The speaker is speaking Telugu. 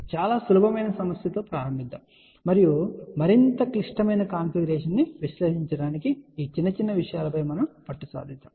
చాలా సులభమైన సమస్యతో ప్రారంభిద్దాం మరియు మరింత క్లిష్టమైన కాన్ఫిగరేషన్ను విశ్లేషించడానికి ఈ చిన్న చిన్న విషయాలపై పట్టు సాధిద్దాం